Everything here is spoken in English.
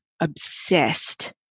obsessed